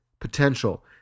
potential